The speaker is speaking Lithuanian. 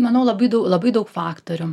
manau labai daug labai daug faktorių